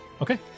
Okay